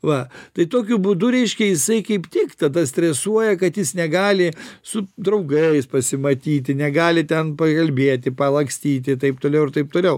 va tai tokiu būdu reiškia jisai kaip tik tada stresuoja kad jis negali su draugais pasimatyti negali ten pakalbėti palakstyti taip toliau ir taip toliau